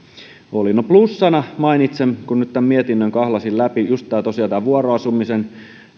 hallitusohjelmassa oli plussana mainitsen kun nyt tämän mietinnön kahlasin läpi tosiaan just tämän vuoroasumisen